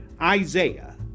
Isaiah